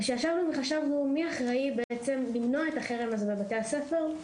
כשישבנו וחשבנו מי האחראי בעצם למנוע את החרם הזה בבתי הספר,